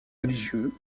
religieux